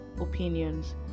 opinions